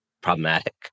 problematic